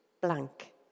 blank